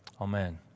Amen